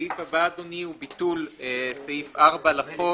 הסעיף הבא הוא ביטול סעיף 4 לחוק.